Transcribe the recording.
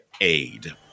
Aid